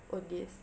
owndays